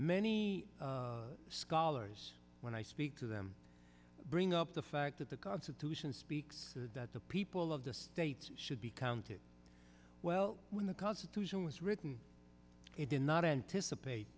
many scholars when i speak to them bring up the fact that the constitution speaks to people of the state should be counted well when the constitution was written it did not anticipate